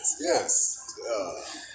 Yes